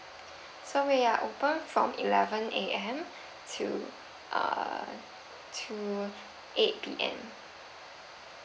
so we are open from eleven A_M to err to eight P_M